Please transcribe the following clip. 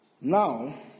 Now